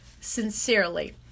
sincerely